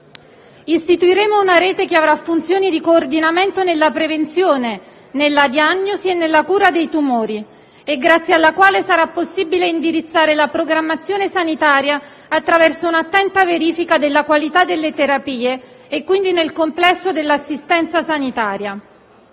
Istituiremo una rete che avrà funzioni di coordinamento nella prevenzione, nella diagnosi e nella cura dei tumori, grazie alla quale sarà possibile indirizzare la programmazione sanitaria attraverso un'attenta verifica della qualità delle terapie, e quindi nel complesso dell'assistenza sanitaria.